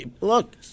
look